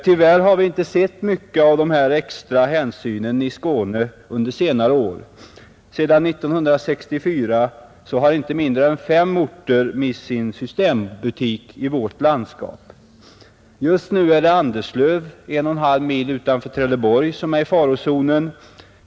Tyvärr har vi inte sett mycket av sådana extra hänsyn i Skåne under senare år. Sedan 1964 har inte mindre än fem orter mist sin systembutik i vårt landskap. Just nu är det Anderslöv, en och en halv mil utanför Trelleborg, som är i farozonen.